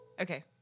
Okay